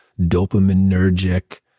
dopaminergic